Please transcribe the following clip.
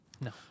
No